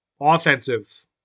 offensive